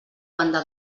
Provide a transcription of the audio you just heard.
banda